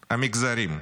המגזרים,